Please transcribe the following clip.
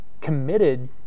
committed